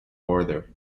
order